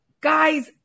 Guys